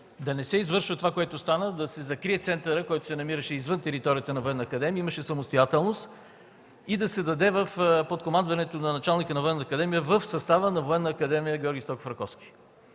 да не се извършва това, което стана – да се закрие центърът, който се намираше извън територията на Военна академия и имаше самостоятелност, и да се даде под командването на началника на Военната академия в състава на Военна академия „Г. С. Раковски”.